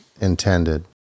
intended